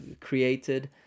created